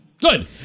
Good